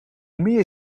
meer